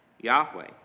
Yahweh